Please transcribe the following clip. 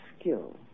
skill